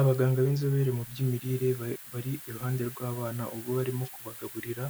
Abaganga b'inzobere mu by'imirire, bari iruhande rw'abana, ububwo barimo kubagaburira,